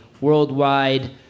worldwide